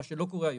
מה שלא קורה היום.